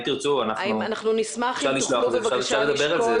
אם תרצו, אפשר לשלוח את זה ואפשר לדבר על זה.